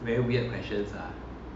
my dad